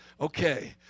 Okay